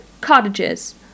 Cottages